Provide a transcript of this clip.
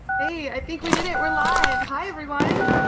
hey, i think we did it, we're live, hi everyone!